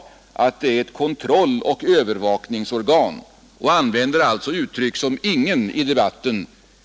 Han ansåg att det är fråga om ett kontrolloch övervakningsorgan och använder alltså uttryck som ingen